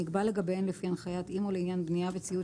שנקבע לגביהן לפי הנחיית אימ"ו לעניין בנייה וציוד